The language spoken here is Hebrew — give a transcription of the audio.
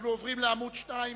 רבותי, אנחנו עוברים לשם החוק.